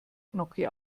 gnocchi